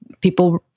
people